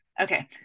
okay